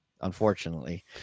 Unfortunately